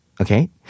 Okay